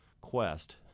quest